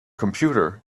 computer